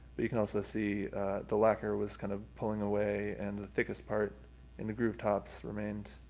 but you can also see the lacquer was kind of pulling away and the thickest part in the groove tops remained.